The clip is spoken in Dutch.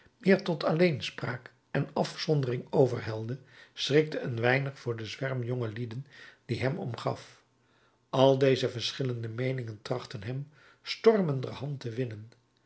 meer tot alleenspraak en afzondering overhelde schrikte een weinig voor den zwerm jongelieden die hem omgaf al deze verschillende meeningen trachtten hem stormenderhand te winnen